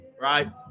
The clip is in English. right